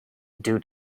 due